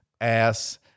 ass